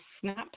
SNAP